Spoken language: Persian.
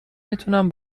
میتونم